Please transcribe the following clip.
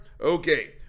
okay